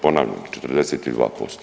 Ponavljam 42%